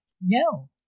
No